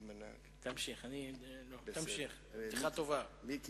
עם גנבות רכב, זה טוב לאתר.